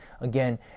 Again